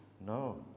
No